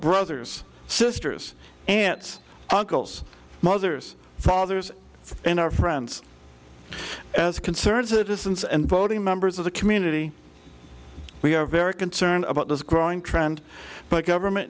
brothers sisters aunts uncles mothers fathers in our friends as concerned citizens and voting members of the community we are very concerned about this growing trend but government